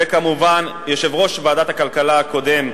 וכמובן יושב-ראש ועדת הכלכלה הקודם,